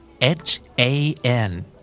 H-A-N